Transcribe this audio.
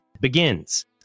begins